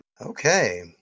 Okay